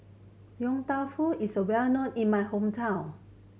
Yong Tau Foo is well known in my hometown